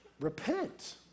repent